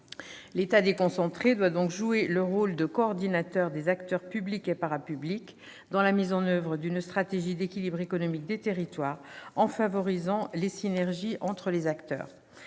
L'État déconcentré doit jouer le rôle de coordinateur des acteurs publics et parapublics dans la mise en oeuvre d'une stratégie d'équilibre économique des territoires, en favorisant les synergies entre acteurs.